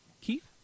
Keith